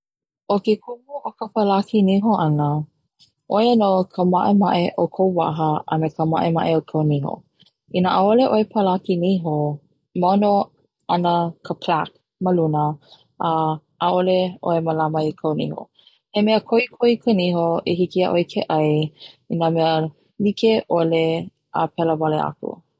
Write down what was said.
O ke kumu o ka palaki niho ana 'oi a ka ma'ema'e o kou waha a me ka ma'ema'e o kou waha me ka ma'ema'e o kou niho ina 'a'ole 'oe palaki niho mau no ana ka plaque ma luna a 'a'ole 'oe malama i kou niho he mea ko'iko'i kou niho i hiki ia'oe ke 'ai i na mea like'ole a pela wale aku.